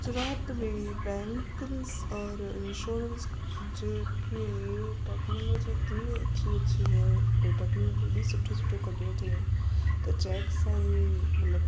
गुजरात में बैंकन्स और इंश्योरंस जेके लिए टेक्नोलॉजी इतनी अच्छी अच्छी है भई टेक्नोलॉजी हेॾी सुठी सुठी कढियूं अथई त चैक्स ऐं मतलबु